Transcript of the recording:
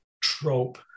trope